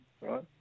right